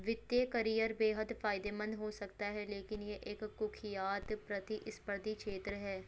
वित्तीय करियर बेहद फायदेमंद हो सकता है लेकिन यह एक कुख्यात प्रतिस्पर्धी क्षेत्र है